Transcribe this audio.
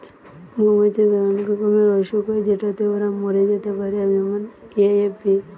মৌমাছিদের অনেক রকমের অসুখ হয় যেটাতে ওরা মরে যেতে পারে যেমন এ.এফ.বি